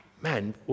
man